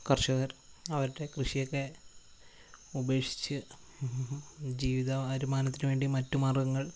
കർഷകർ അവരുടെ കൃഷിയൊക്കെ ഉപേക്ഷിച്ച് ജീവിത വരുമാനത്തിനു വേണ്ടി മറ്റു മാർഗ്ഗങ്ങൾ